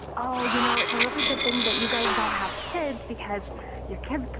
oh, you know, it's a really good thing that you guys don't have kids because your kids,